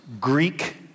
Greek